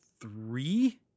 three